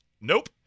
Nope